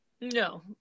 No